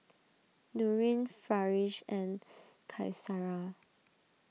Nurin Farish and Qaisara